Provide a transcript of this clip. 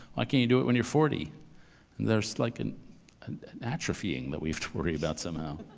like and you do it when you're forty? and there's like an and atrophying that we've worried about somehow.